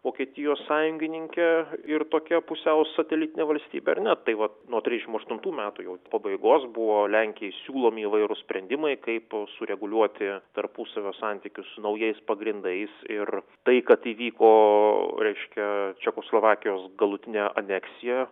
vokietijos sąjungininke ir tokia pusiau satelitine valstybe ar ne tai vat nuo trisdešimt aštuntų metų jau pabaigos buvo lenkijai siūlomi įvairūs sprendimai kaip sureguliuoti tarpusavio santykius su naujais pagrindais ir tai kad įvyko reiškia čekoslovakijos galutinė aneksija